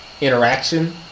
interaction